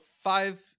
five